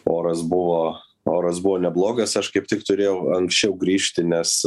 oras buvo oras buvo neblogas aš kaip tik turėjau anksčiau grįžti nes